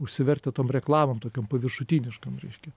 užsivertę tom reklamom tokiom paviršutiniškom reiškia